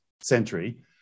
century